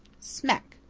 smack!